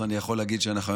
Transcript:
אז אני יכול להגיד שאנחנו,